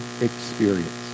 experience